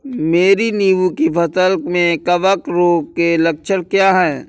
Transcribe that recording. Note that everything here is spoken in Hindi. मेरी नींबू की फसल में कवक रोग के लक्षण क्या है?